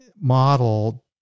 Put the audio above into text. model